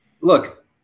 look